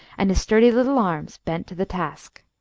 and his sturdy little arms bent to the task.